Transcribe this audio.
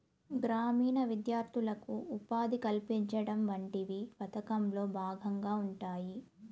గ్రామీణ విద్యార్థులకు ఉపాధి కల్పించడం వంటివి పథకంలో భాగంగా ఉంటాయి